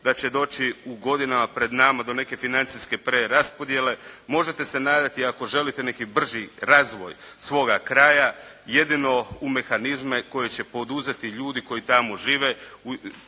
da će doći u godinama pred nama do neke financijske preraspodjele. Možete se nadati ako želite neki brži razvoj svoga kraja jedino u mehanizme koje će podržati ljudi koji tamo žive.